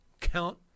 Count